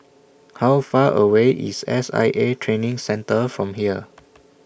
How Far away IS S I A Training Centre from here